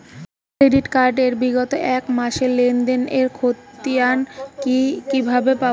Credit card এর বিগত এক মাসের লেনদেন এর ক্ষতিয়ান কি কিভাবে পাব?